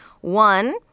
One